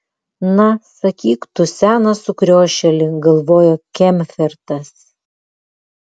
na sakyk tu senas sukriošėli galvojo kemfertas